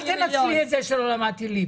אל תנצלי את זה שלא למדתי ליבה.